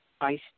Ice